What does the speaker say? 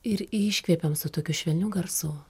ir iškvepiam su tokiu švelniu garsu